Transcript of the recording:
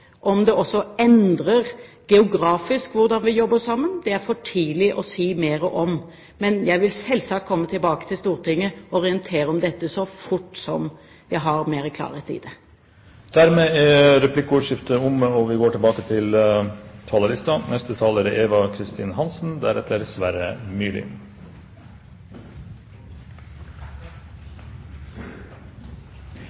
om det endrer seg geografisk hvordan vi jobber sammen, er det for tidlig å si mer om, men jeg vil selvsagt komme tilbake til Stortinget og orientere om dette så fort jeg har mer klarhet i det. Replikkordskiftet er omme. Innsats for sikkerhet, stabilitet og vekst i Afghanistan er